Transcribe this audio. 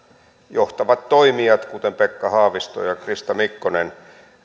johtavat toimijat kuten pekka haavisto ja krista mikkonen